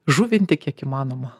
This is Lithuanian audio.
žuvinti kiek įmanoma